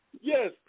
Yes